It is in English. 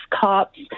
cops